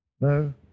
No